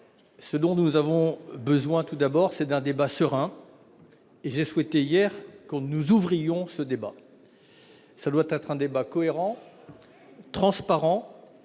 ce dont nous avons besoin, d'abord, c'est d'un débat serein, et j'ai souhaité hier que nous ouvrions ce débat. Ce dernier doit être cohérent et transparent,